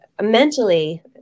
mentally